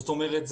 זאת אומרת,